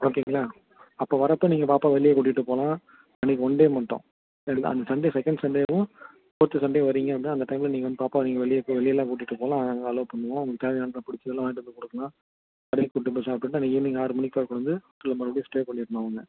ஓகேங்களா அப்போ வரப்போ நீங்கள் பாப்பாவை வெளியே கூட்டிகிட்டு போகலாம் அன்றைக்கு ஒன் டே மட்டும் சரிங்களா அந்த சன்டே செகண்ட் சன்டேவும் ஃபோர்த் சன்டே வர்றீங்க அப்படின்னா அந்த டைமில் நீங்கள் வந்து பாப்பாவை நீங்கள் வெளியே வெளியெலாம் கூட்டிகிட்டு போகலாம் அலோ பண்ணுவோம் தேவையானது பிடிச்சது எல்லாம் வாங்கிகிட்டு வந்து கொடுக்கலாம் கடைக்கு கூப்பிட்டு போய் சாப்பிட்டுட்டு அன்றைக்கு ஈவினிங் ஆறு மணிக்குள்ளார கொண்டு வந்து க்ளோ மறுபடியும் ஸ்டே பண்ணிடணும் அவங்க